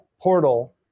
portal